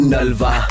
Nalva